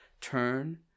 turn